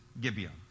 Gibeon